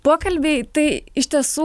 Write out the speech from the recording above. pokalbiai tai iš tiesų